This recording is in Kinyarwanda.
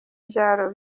byaro